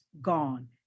gone